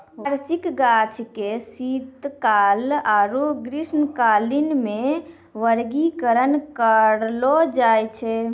वार्षिक गाछ के शीतकाल आरु ग्रीष्मकालीन मे वर्गीकरण करलो जाय छै